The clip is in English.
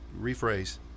rephrase